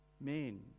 Men